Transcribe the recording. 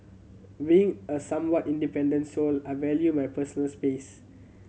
being a somewhat independent soul I value my personal space